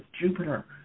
Jupiter